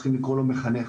צריך לקרוא לזה מחנך.